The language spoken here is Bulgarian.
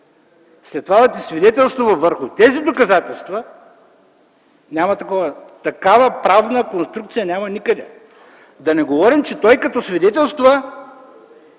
след това да ти свидетелства върху тези доказателства, такова нещо няма. Такава правна конструкция няма никъде, да не говорим, че той като свидетелства,